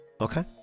Okay